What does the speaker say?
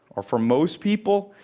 or for most people,